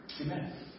Amen